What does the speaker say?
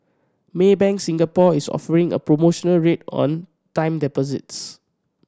Maybank Singapore is offering a promotional rate on time deposits